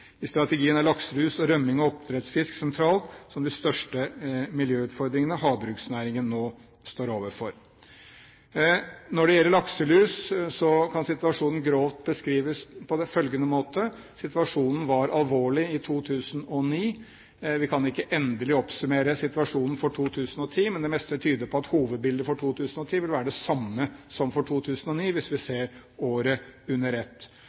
I strategien er lakselus og rømming av oppdrettsfisk sentralt som de største miljøutfordringene havbruksnæringen nå står overfor. Når det gjelder lakselus, kan situasjonen grovt beskrives på følgende måte: Situasjonen var alvorlig i 2009. Vi kan ikke endelig oppsummere situasjonen for 2010, men det meste tyder på at hovedbildet for 2010 vil være det samme som for 2009, hvis vi ser året under ett.